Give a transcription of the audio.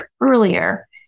earlier